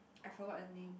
I forgot the name